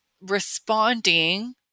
responding